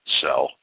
sell